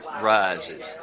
Rises